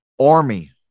army